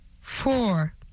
four